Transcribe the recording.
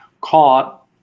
caught